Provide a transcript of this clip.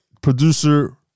producer